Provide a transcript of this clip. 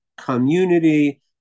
community